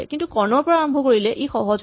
কিন্তু কৰ্ণৰ পৰা আৰম্ভ কৰিলে ই সহজ হয়